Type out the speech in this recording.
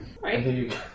Right